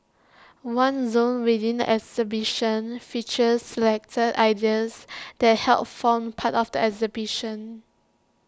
one zone within the exhibition features selected ideas that helped form part of the exhibition